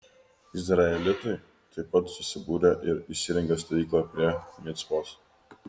izraelitai taip pat susibūrė ir įsirengė stovyklą prie micpos